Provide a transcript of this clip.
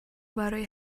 برای